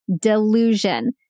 delusion